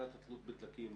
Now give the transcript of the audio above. הפחתת התלות בדלקים,